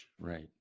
right